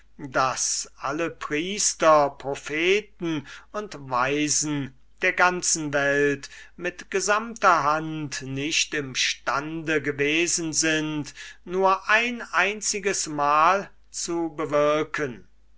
das alle priester propheten und weisen der ganzen welt mit gesamter hand nicht im stande gewesen sind nur ein einzigesmal zu bewirken